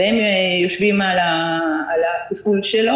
והם יושבים על התפעול שלו.